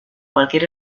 cualquier